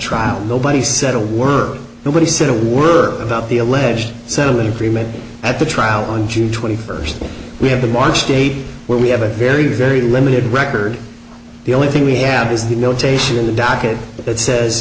trial nobody said a word nobody said a word about the alleged settlement agreement at the trial on june twenty first we have to march date where we have a very very limited record the only thing we have is the mail tahsin the docket that says